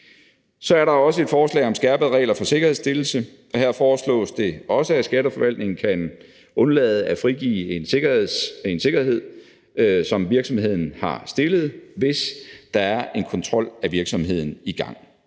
Så er der også et forslag om skærpede regler for sikkerhedsstillelse. Her foreslås det også, at Skatteforvaltningen kan undlade at frigive en sikkerhed, som virksomheden har stillet, hvis der er en kontrol af virksomheden i gang.